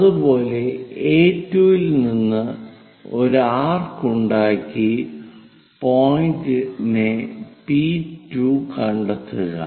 അതുപോലെ A2 ൽ നിന്ന് ഒരു ആർക്ക് ഉണ്ടാക്കി പോയിന്റ് P2 കണ്ടെത്തുക